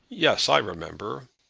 yes, i remember.